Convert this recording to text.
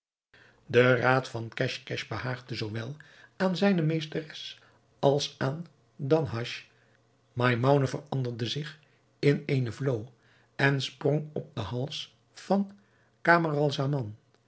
de raad van casch casch behaagde zoowel aan zijne meesteres als aan danhasch maimoune veranderde zich in eene vloo en sprong op den hals van